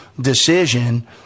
decision